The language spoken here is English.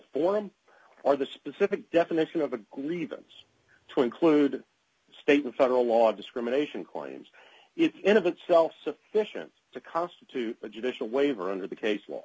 forum or the specific definition of a grievance twin clude state and federal law discrimination claims in of itself sufficient to constitute a judicial waiver under the case law